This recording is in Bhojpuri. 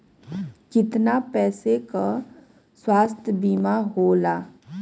कितना पैसे का स्वास्थ्य बीमा होला?